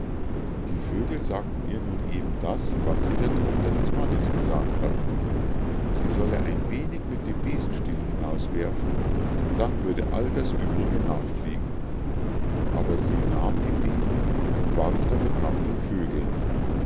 die vögel sagten ihr nun eben das was sie der tochter des mannes gesagt hatten sie solle ein wenig mit dem besenstiel hinauswerfen dann würde all das übrige nachfliegen aber sie nahm den besen und warf damit nach den vögeln